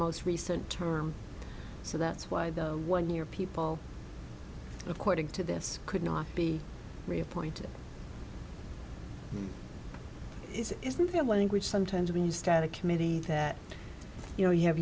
most recent term so that's why the one year people according to this could not be reappointed isn't the language sometimes when you stand a committee that you know you have